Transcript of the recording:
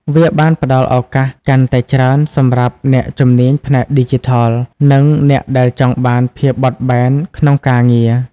វាបានផ្តល់ឱកាសកាន់តែច្រើនសម្រាប់អ្នកជំនាញផ្នែកឌីជីថល និងអ្នកដែលចង់បានភាពបត់បែនក្នុងការងារ។